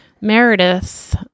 Meredith